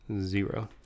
zero